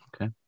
Okay